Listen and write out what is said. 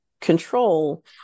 control